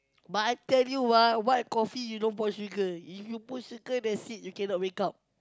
but I tell you uh white coffee you don't pour sugar if you put sugar that's it you cannot wake up